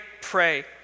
pray